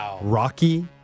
Rocky